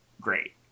great